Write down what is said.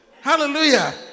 Hallelujah